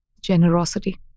Generosity